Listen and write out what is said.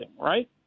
right